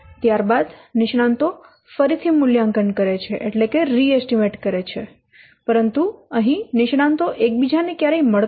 ત્યાર બાદ નિષ્ણાંતો ફરીથી મૂલ્યાંકન કરે છે પરંતુ અહીં નિષ્ણાંતો એકબીજા ને ક્યારેય મળતા નથી